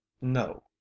No